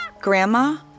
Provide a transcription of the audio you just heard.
Grandma